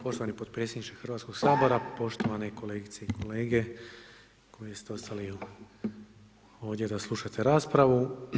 Poštovani potpredsjedniče Hrvatskog sabora, poštovane kolegice i kolege koji ste ostali ovdje da slušate raspravu.